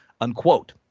unquote